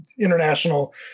international